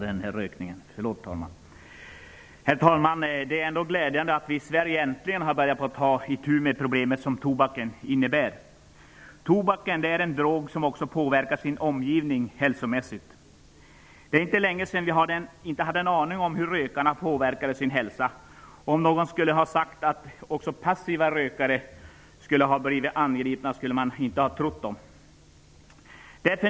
Herr talman! Det är glädjande att vi i Sverige äntligen har börjat ta itu med de problem som tobaken innebär. Tobaken är en drog som också påverkar användarens omgivning hälsomässigt. Det är inte länge sedan vi inte hade en aning om hur rökarna påverkade sin hälsa, och om någon hade sagt att också passiva rökare angrips, skulle han inte ha blivit trodd.